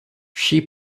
she